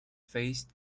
faced